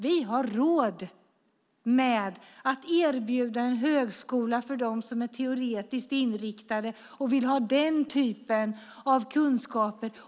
Vi har råd att erbjuda en högskola för dem som är teoretiskt inriktade och vill ha denna typ av kunskaper.